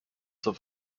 zur